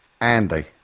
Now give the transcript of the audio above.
Andy